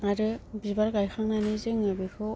आरो बिबार गायखांनानै जोङो बेखौ